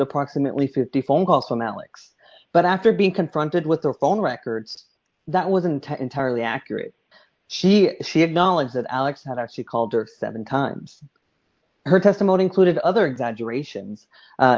approximately fifty phone calls from alex but after being confronted with her phone records that wasn't entirely accurate she she acknowledged that alex had actually called her seven times her testimony included other exaggeration